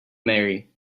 marry